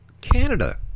Canada